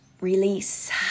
release